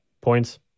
Points